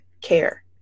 care